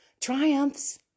triumphs